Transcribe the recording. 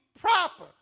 proper